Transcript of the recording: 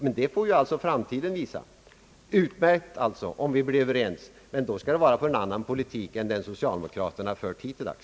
Hur det går därmed får ju framtiden visa. Det är alltså utmärkt om man blir överens, men det skall då vara om en annan politik än den som socialdemokraterna fört hitintills.